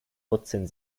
vierzehn